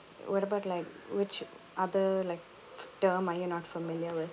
what about like which other like term are you not familiar with